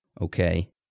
Okay